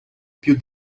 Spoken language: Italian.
più